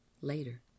later